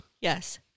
yes